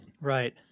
Right